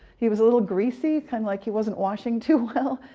he was a little greasy, kind of like he wasn't washing too well,